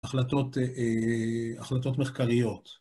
החלטות מחקריות.